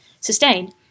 sustain